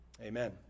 Amen